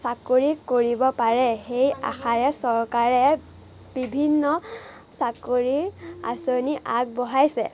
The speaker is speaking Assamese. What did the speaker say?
চাকৰি কৰিব পাৰে সেই আশাৰে চৰকাৰে বিভিন্ন চাকৰিৰ আঁচনি আগবঢ়াইছে